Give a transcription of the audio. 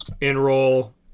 enroll